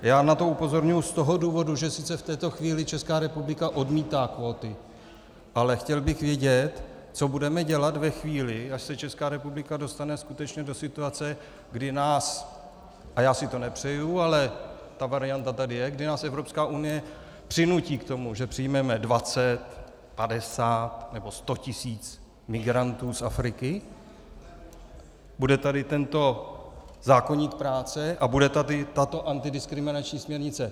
Já na to upozorňuji z toho důvodu, že sice v této chvíli Česká republika odmítá kvóty, ale chtěl bych vědět, co budeme dělat ve chvíli, až se Česká republika dostane skutečně do situace, kdy nás a já si to nepřeju, ale ta varianta tady je kdy nás Evropská unie přinutí k tomu, že přijmeme 20, 50 nebo 100 tisíc migrantů z Afriky, bude tady tento zákoník práce a bude tady tato antidiskriminační směrnice.